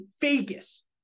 Vegas